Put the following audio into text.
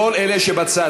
כל אלה שבצד,